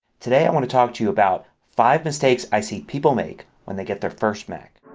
today i want to talk to you about five mistakes i see people make when they get their first mac.